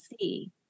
see